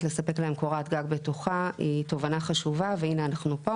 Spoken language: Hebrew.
לספק להם קורת גג בטוחה היא תובנה חשובה והנה אנחנו פה.